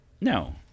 No